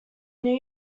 new